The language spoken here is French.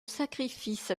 sacrifice